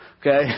Okay